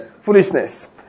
Foolishness